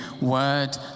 word